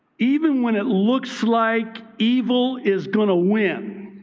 even when it looks like evil is going to win,